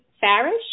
Farish